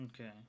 Okay